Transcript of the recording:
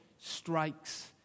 strikes